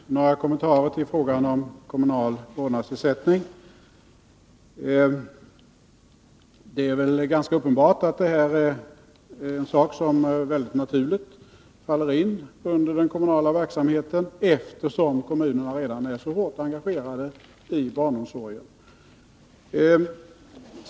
Herr talman! Jag vill göra några kommentarer i fråga om den kommunala vårdnadsersättningen. Ganska uppenbart är detta något som naturligt faller inom den kommunala verksamheten, eftersom kommunerna redan är så hårt engagerade i barnomsorgen.